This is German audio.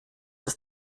ist